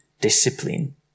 discipline